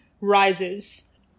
rises